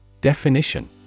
Definition